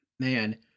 Man